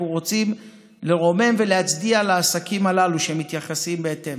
אנחנו רוצים לרומם ולהצדיע לעסקים הללו שמתייחסים בהתאם.